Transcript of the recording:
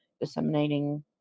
disseminating